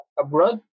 abroad